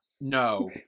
No